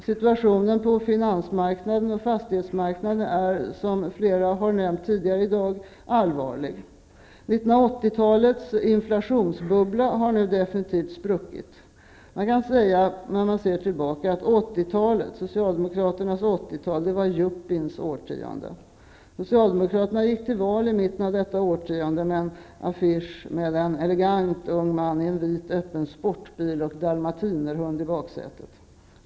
Situationen på finans och fastighetsmarknaden är, vilket flera har nämnt tidigare i dag, allvarlig. 1980 talets inflationsbubbla har nu definitivt spruckit. När man ser tillbaka kan man säga att Socialdemokraternas 80-tal var yuppins årtionde. Socialdemokraterna gick till val i mitten av detta årtionde med en affisch med en elegant ung man i en vit öppen sportbil med dalmatinerhund i baksätet.